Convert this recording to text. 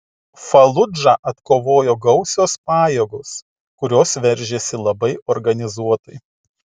faludžą atkovojo gausios pajėgos kurios veržėsi labai organizuotai